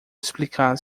explicar